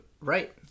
Right